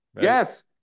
Yes